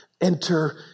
Enter